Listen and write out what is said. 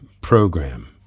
program